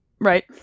right